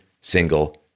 single